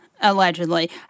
Allegedly